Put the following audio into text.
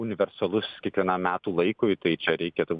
universalus kiekvienam metų laikui tai čia reikia tų